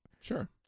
sure